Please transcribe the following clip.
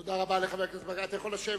תודה רבה לחבר הכנסת מגלי והבה.